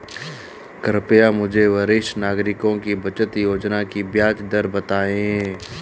कृपया मुझे वरिष्ठ नागरिकों की बचत योजना की ब्याज दर बताएं